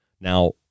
Now